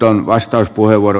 herra puhemies